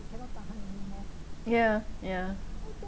yeah yeah